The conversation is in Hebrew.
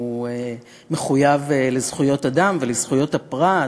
הוא מחויב לזכויות אדם ולזכויות הפרט,